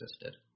existed